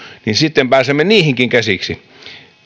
sitten pääsemme niihinkin käsiksi